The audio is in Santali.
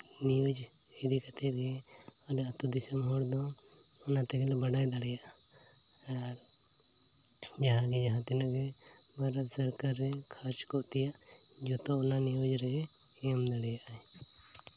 ᱱᱤᱭᱩᱡᱽ ᱤᱫᱤ ᱠᱟᱛᱮ ᱜᱮ ᱟᱞᱮ ᱟᱛᱳ ᱫᱤᱥᱚᱢ ᱦᱚᱲ ᱫᱚ ᱚᱱᱟ ᱛᱮᱜᱮ ᱞᱮ ᱵᱟᱰᱟᱭ ᱫᱟᱲᱮᱭᱟᱜᱼᱟ ᱟᱨ ᱡᱟᱦᱟᱸ ᱜᱮ ᱡᱟᱦᱟᱸ ᱛᱤᱱᱟᱹᱜ ᱜᱮ ᱵᱷᱟᱨᱚᱛ ᱥᱚᱨᱠᱟᱨᱮ ᱠᱷᱚᱨᱚᱪ ᱯᱟᱹᱛᱤᱭᱟ ᱡᱚᱛᱚ ᱚᱱᱟ ᱱᱤᱭᱩᱡᱽ ᱨᱮᱜᱮ ᱮᱢ ᱫᱟᱲᱮᱭᱟᱜᱼᱟᱭ